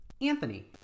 Anthony